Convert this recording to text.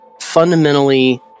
fundamentally